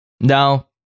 Now